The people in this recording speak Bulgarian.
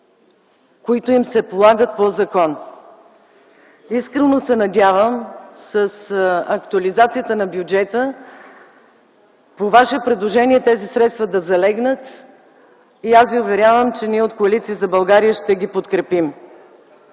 които им се полагат по закон. Искрено се надявам с актуализацията на бюджета по Ваше предложение тези средства да залегнат и Ви уверявам, че ние от Коалиция за България ще ги подкрепим.